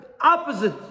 opposite